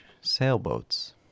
Sailboats